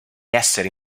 nested